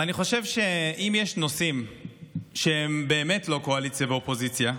אני חושב שאם יש נושאים שהם באמת לא קואליציה ואופוזיציה,